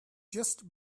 just